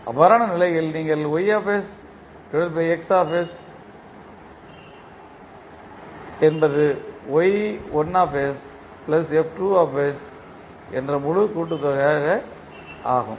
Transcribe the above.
அவ்வாறான நிலையில் நீங்கள் என்பது என்ற கூட்டுத்தொகை ஆகும்